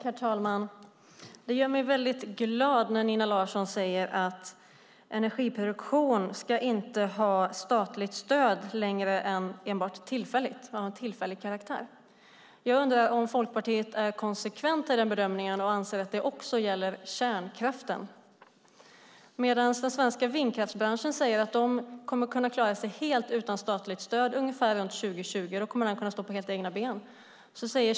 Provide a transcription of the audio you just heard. Herr talman! Det gör mig glad när Nina Larsson säger att energiproduktion inte ska ha statligt stöd mer än tillfälligt. Jag undrar om Folkpartiet är konsekvent och anser att det också gäller kärnkraften. Den svenska vindkraftsbranschen säger att man kommer att kunna klara sig helt utan statligt stöd ungefär 2020. Då kommer man att stå helt på egna ben.